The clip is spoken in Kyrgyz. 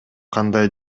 кандай